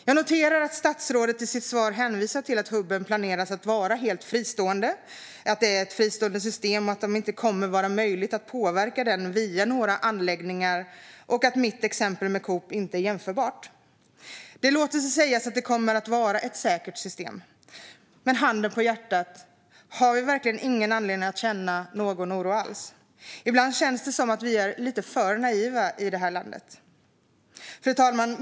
Jag noterar att statsrådet i sitt svar hänvisar till att hubben planeras att vara ett helt fristående system, att det inte kommer att vara möjligt att påverka den via några anläggningar och att mitt exempel med Coop inte är jämförbart. Det låter sig sägas att det kommer att vara ett säkert system. Men handen på hjärtat - har vi verkligen ingen anledning att känna oro? Ibland känns det som att vi är lite för naiva i det här landet. Fru talman!